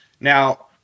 Now